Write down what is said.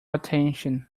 attention